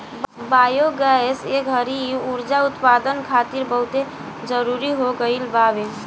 biogas ए घड़ी उर्जा उत्पदान खातिर बहुते जरुरी हो गईल बावे